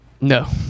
No